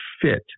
fit